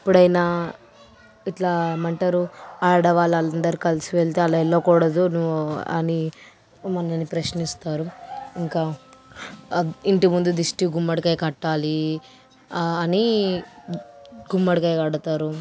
ఎప్పుడైనా ఇట్లా ఏమంటారు ఆడవాళ్ళందరూ కలిసి వెళ్తే అలా వెళ్ళకూడదు అని నువ్వు మనల్ని ప్రశ్నిస్తారు ఇంకా ఇంటి ముందు దిష్టి గుమ్మడికాయ కట్టాలి అని గుమ్మడికాయ కడతారు